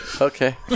Okay